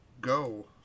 go